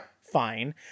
Fine